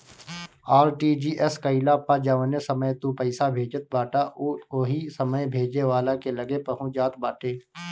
RTGS कईला पअ जवने समय तू पईसा भेजत बाटअ उ ओही समय भेजे वाला के लगे पहुंच जात बाटे